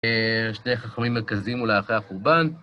שני חכמים מרכזיים, אולי אחרי החורבן.